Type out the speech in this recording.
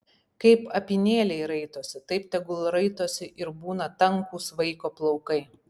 kaip apynėliai raitosi taip tegul raitosi ir būna tankūs vaiko plaukai